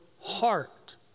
heart